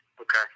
Okay